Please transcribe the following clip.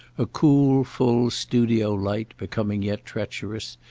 a cool full studio-light, becoming yet treacherous,